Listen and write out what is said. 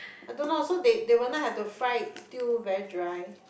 I don't know so they they will not have to fry it till very dry